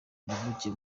navukiye